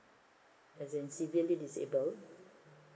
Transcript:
as in severely disabled